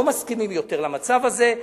לא מסכימים יותר למצב הזה.